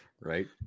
Right